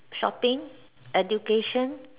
shopping education